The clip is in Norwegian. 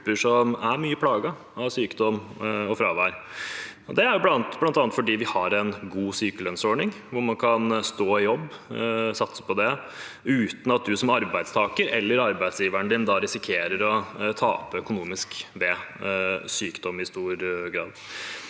som er mye plaget av sykdom og fravær. Det er bl.a. fordi vi har en god sykelønnsordning, hvor man kan stå i jobb og satse på det, uten at man som arbeidstaker eller arbeidsgiver risikerer å tape økonomisk i stor grad